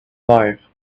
life